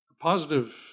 positive